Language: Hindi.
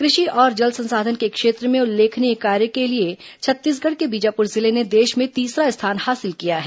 कृषि और जल संसाधन के क्षेत्र में उल्लेखनीय कार्य के लिए छत्तीसगढ़ के बीजापुर जिले ने देश में तीसरा स्थान हासिल किया है